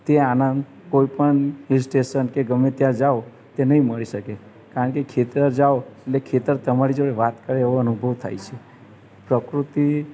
તે આનંદ કોઈ પણ હિલ સ્ટેસન કે ગમે ત્યાં જાવ ત્યાં નહીં મળી શકે કારણ કે ખેતર જાવ એટલે ખેતર તમારી જોડે વાત કરે એવો અનુભવ થાય છે પ્રકૃતિ